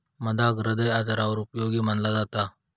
मधाक हृदय आजारांवर उपयोगी मनाला जाता